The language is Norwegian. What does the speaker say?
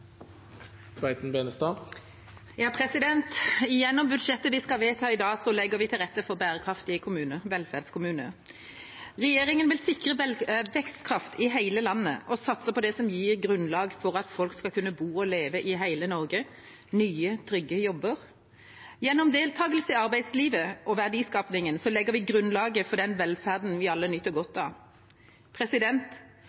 budsjettet vi skal vedta i dag, legger vi til rette for bærekraftige kommuner – velferdskommuner. Regjeringa vil sikre vekstkraft i hele landet og satse på det som gir grunnlag for at folk skal kunne bo og leve i hele Norge: nye, trygge jobber. Gjennom deltakelse i arbeidslivet og verdiskapingen legger vi grunnlaget for den velferden vi alle nyter godt